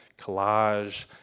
collage